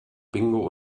bingo